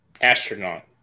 Astronaut